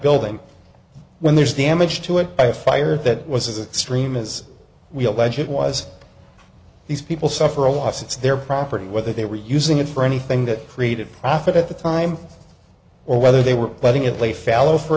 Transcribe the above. building when there's damage to it by fire that was a stream as we allege it was these people suffer a loss it's their property whether they were using it for anything that created profit at the time or whether they were letting it lay fallow for